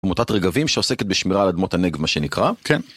עמותת רגבים שעוסקת בשמירה על אדמות הנגב מה שנקרא. כן.